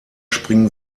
springen